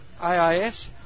AIS